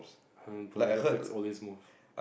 um bonito flakes all these moves